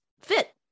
fit